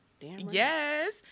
Yes